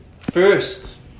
first